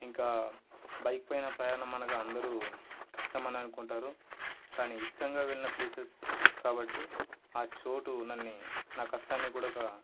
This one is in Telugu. ఇంకా బైక్ పైన ప్రయాణం అనగా అందరు కష్టం అని అనుకుంటారు కానీ ఇష్టంగా వెళ్ళిన ప్లేసెస్ కాబట్టి ఆ చోటు నన్ను నా కష్టాన్ని కూడా ఒక